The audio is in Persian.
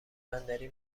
بندری